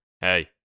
hey